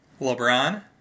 LeBron